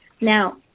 now